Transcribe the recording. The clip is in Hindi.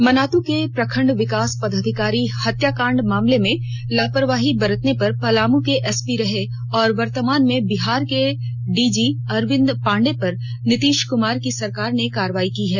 मनातू के प्रखंड विकास पदाधिकारी हत्याकांड मामले में लापरवाही बरतने पर पलामू के एसपी रहे और वर्तमान में बिहार के डीजी अरविंद पांडे पर नितिश कुमार की सरकार ने कार्रवाई की है